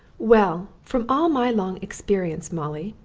well, from all my long experience, molly,